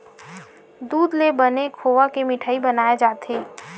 दूद ले बने खोवा के मिठई बनाए जाथे